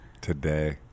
Today